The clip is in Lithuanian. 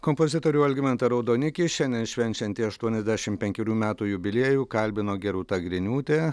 kompozitorių algimantą raudonikį šiandien švenčiantį aštuoniasdešim penkerių metų jubiliejų kalbino gerūta griniūtė